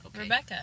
Rebecca